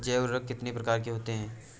जैव उर्वरक कितनी प्रकार के होते हैं?